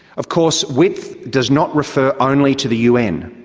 of course, width does not refer only to the un.